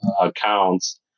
accounts